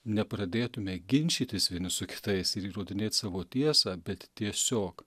nepradėtume ginčytis vieni su kitais ir įrodinėt savo tiesą bet tiesiog